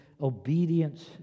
obedience